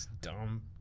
dumb